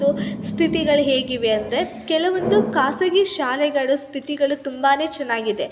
ಸ್ಥಿತಿಗಳು ಹೇಗಿವೆ ಅಂದರೆ ಕೆಲವೊಂದು ಖಾಸಗಿ ಶಾಲೆಗಳ ಸ್ಥಿತಿಗಳು ತುಂಬಾ ಚೆನ್ನಾಗಿದೆ